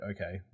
okay